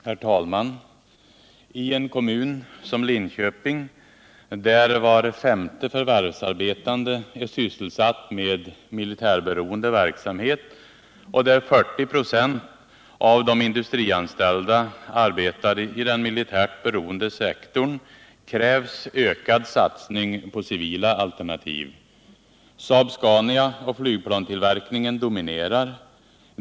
Herr talman! I en kommun som Linköping, där var femte förvärvsarbetande är sysselsatt med militärberoende verksamhet och där 40 96 av de industrianställda arbetar i den militärt beroende sektorn, krävs ökad satsning på civila alternativ. Saab-Scania AB och flygplanstillverkningen dominerar.